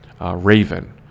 Raven